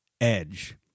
Edge